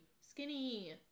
Skinny